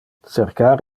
cercar